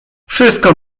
wszystko